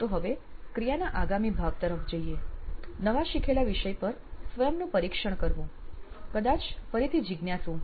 તો હવે ક્રિયાના આગામી ભાગ તરફ જઈએ નવા શીખેલા વિષય પર સ્વયંનું પરીક્ષણ કરવું કદાચ ફરીથી જિજ્ઞાસુ